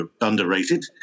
underrated